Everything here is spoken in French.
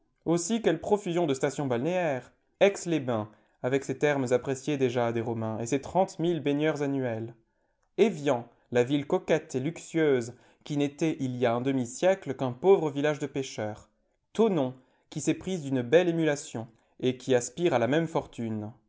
aussi quelle profusion de stations balnéaires aix les bains avec ses thermes appréciés déjà des romains et ses trente mille baigneurs annuels evian la ville coquette et luxueuse qui n'était il y a un demi-siècle qu'un pauvre village de pêcheurs thonon qui s'est prise d'une belle émulation et qui aspire à la même fortune